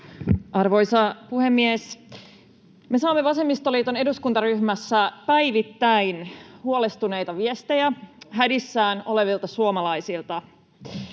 Arvoisa puhemies! Me saamme vasemmistoliiton eduskuntaryhmässä päivittäin huolestuneita viestejä hädissään olevilta suomalaisilta.